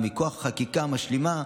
ומכוח חקיקה משלימה,